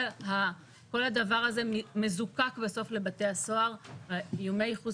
כל הדבר הזה מזוקק בסוף לבתי הסוהר עם איומי ייחוס